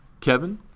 Kevin